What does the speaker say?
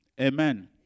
Amen